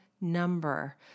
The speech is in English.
number